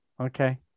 Okay